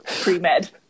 pre-med